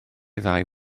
ddau